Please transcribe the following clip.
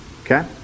okay